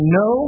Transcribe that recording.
no